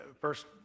first